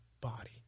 body